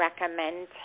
recommend